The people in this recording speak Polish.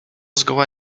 zgoła